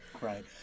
Right